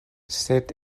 sed